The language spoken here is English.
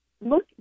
look